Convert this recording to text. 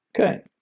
okay